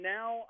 Now